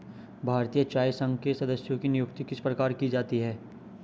भारतीय चाय संघ के सदस्यों की नियुक्ति किस प्रकार की जाती है?